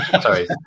Sorry